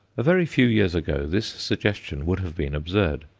a very few years ago this suggestion would have been absurd,